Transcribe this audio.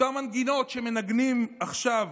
אותן מנגינות שמנגנים עכשיו.